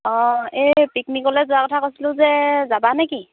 অঁ এই পিকনিকলৈ যোৱা কথা কৈছিলোঁ যে যাবানে কি